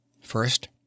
First